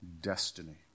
destiny